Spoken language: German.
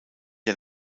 der